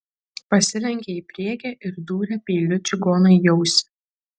pasilenkė į priekį ir dūrė peiliu čigonui į ausį